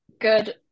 good